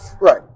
right